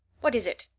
what is it?